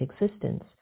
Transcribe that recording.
existence